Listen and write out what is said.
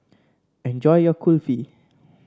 enjoy your Kulfi